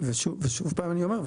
ושוב פעם אני אומר,